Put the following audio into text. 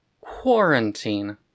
Quarantine